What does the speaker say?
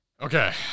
Okay